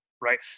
right